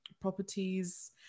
properties